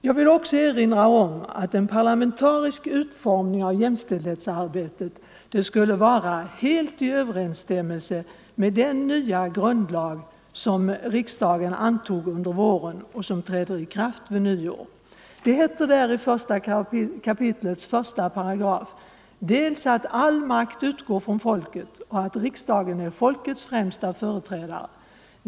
Låt mig också erinra om att en parlamentarisk utformning av jämställdhetsarbetet vore helt i överensstämmelse med den nya grundlag som riksdagen antog under våren och som träder i kraft vid nyår. Det heter där i 1 kap. 18 att all makt utgår från folket och att riksdagen är folkets främsta företrädare.